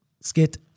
skit